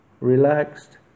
relaxed